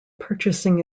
purchasing